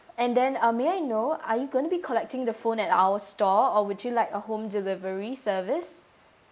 and then um may I know are you going to be collecting the phone at our store or would you like a home delivery service